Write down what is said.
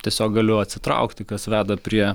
tiesiog galiu atsitraukti kas veda prie